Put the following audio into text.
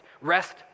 rest